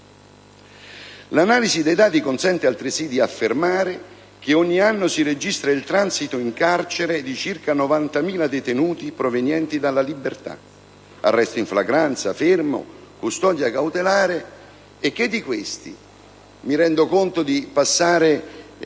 L'analisi dei dati consente altresì di affermare che ogni anno si registra il transito in carcere di circa 90.000 detenuti provenienti dalla libertà (arresti in flagranza, fermo, custodia cautelare) e che di questi - mi rendo conto di affrontare